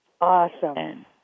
Awesome